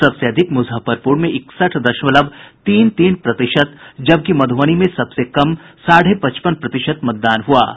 सबसे अधिक मुजफ्फरपुर में इकसठ दशमलव तीन तीन प्रतिशत जबकि मधुबनी में सबसे कम साढ़े पचपन प्रतिशत मतदान हुआ है